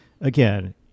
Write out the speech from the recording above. again